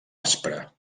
aspra